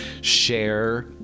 share